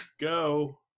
go